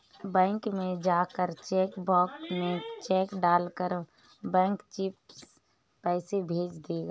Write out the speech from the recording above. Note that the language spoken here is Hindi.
बैंक में जाकर चेक बॉक्स में चेक डाल कर बैंक चिप्स पैसे भेज देगा